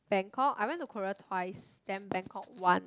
Bangkok I went to Korea twice then Bangkok once